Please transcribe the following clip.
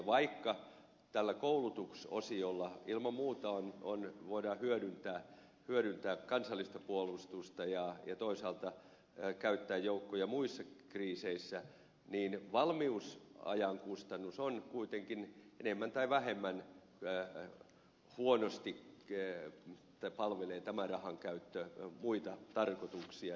vaikka tällä koulutus osiolla ilman muuta voidaan hyödyntää kansallista puolustusta ja toisaalta käyttää joukkoja muissa kriiseissä niin valmiusajan kustannus rahankäyttö palvelee kuitenkin enemmän tai vähemmän huonosti käy dä palveli tämä rahan käyttö on muita tarkoituksia